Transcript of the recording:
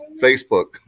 Facebook